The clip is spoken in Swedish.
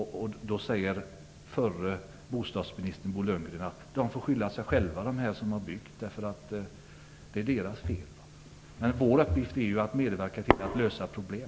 Då säger förre bostadsministern Bo Lundgren att de får skylla sig själva. Det är deras eget fel. Men vår uppgift är ju att medverka till att lösa problem.